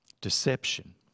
deception